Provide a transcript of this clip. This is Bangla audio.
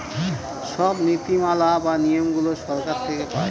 সব নীতি মালা বা নিয়মগুলো সরকার থেকে পায়